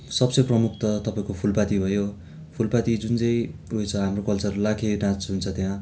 सबसे प्रमुख त तपाईँको फुलपाती भयो फुलपाती जुन चाहिँ उयो छ हाम्रो कल्चर लाखे नाच हुन्छ त्यहाँ